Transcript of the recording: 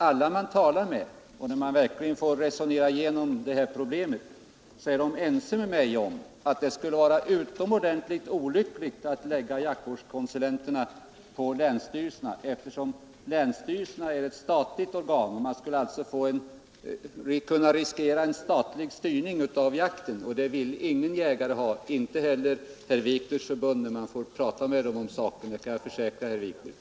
Alla jag talat med har varit ense med mig, när vi fått resonera igenom problemet, att det skulle vara utomordentligt olyckligt att knyta jaktvårdskonsulenterna till länsstyrelserna, eftersom länsstyrelserna är statliga organ. Man skulle alltså kunna riskera en statlig styrning av jakten, och det vill ingen jägare ha, inte heller medlemmarna i herr Wikners förbund, när man fått prata med dem om saken, Det kan jag försäkra herr Wikner.